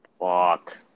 Fuck